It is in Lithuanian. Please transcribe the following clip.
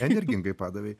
energingai padavei